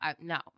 no